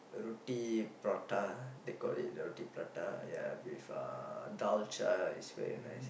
roti prata they call it roti prata ya with a Dalcha is very nice